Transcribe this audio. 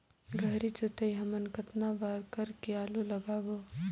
गहरी जोताई हमन कतना बार कर के आलू लगाबो?